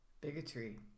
Bigotry